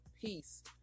peace